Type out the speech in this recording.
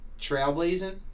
Trailblazing